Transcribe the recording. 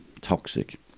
toxic